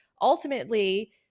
ultimately